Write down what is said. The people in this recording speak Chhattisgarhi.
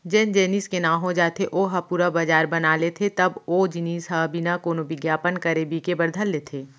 जेन जेनिस के नांव हो जाथे ओ ह पुरा बजार बना लेथे तब ओ जिनिस ह बिना कोनो बिग्यापन करे बिके बर धर लेथे